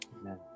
Amen